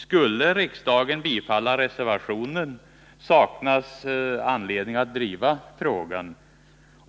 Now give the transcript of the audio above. Skulle riksdagen bifalla reservationen saknas anledning att driva frågan.